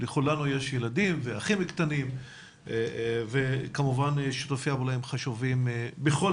לכולנו יש ילדים ואחים קטנים וכמובן שהם חשובים בכל